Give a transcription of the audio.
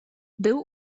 był